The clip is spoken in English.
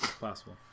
possible